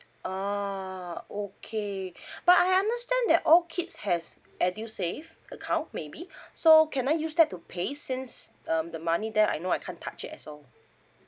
oh okay but I understand that all kids has edusave account maybe so can I use that to pay since um the money there I know I can't touch at all